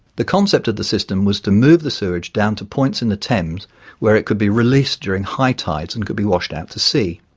the concept of the system was to move the sewerage down to points in the thames where it could be released during high tides and could be washed out to sea.